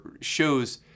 shows